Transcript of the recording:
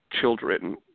children